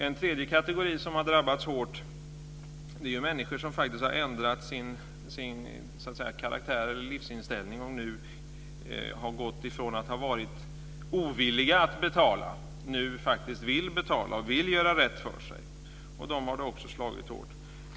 En tredje kategori som har drabbats hårt är människor som ändrat sin karaktär eller livsinställning och gått från att ha varit ovilliga att betala till att nu faktiskt vilja betala och göra rätt för sig. För dem har det också slagit hårt.